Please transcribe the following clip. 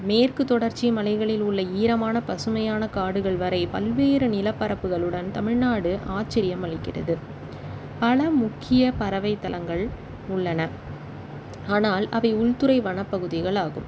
மேற்கு தொடர்ச்சி மலைகளில் உள்ள ஈரமான பசுமையான காடுகள் வரை பல்வேறு நிலப்பரப்புகளுடன் தமிழ்நாடு ஆச்சரியம் அளிக்கிறது பல முக்கிய பறவைத்தலங்கள் உள்ளன ஆனால் அவை உள்துறை வனப்பகுதிகள் ஆகும்